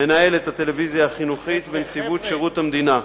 מנהלת הטלוויזיה החינוכית ונציבות שירות המדינה,